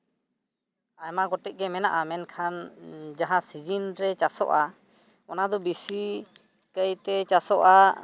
ᱟᱭᱢᱟ ᱜᱚᱴᱮᱡ ᱜᱮ ᱢᱮᱱᱟᱜᱼᱟ ᱢᱮᱱᱠᱷᱟᱱ ᱡᱟᱦᱟᱸ ᱥᱤᱡᱤᱱ ᱨᱮ ᱪᱟᱥᱚᱜᱼᱟ ᱚᱱᱟ ᱫᱚ ᱵᱤᱥᱤ ᱠᱷᱟᱹᱛᱤᱨ ᱛᱮ ᱪᱟᱥᱚᱜᱼᱟ